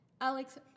Alex